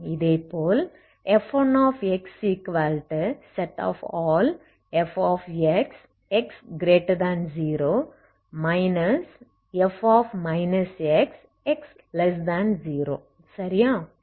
இதேபோல் f1xfx x0 f x x0 சரியா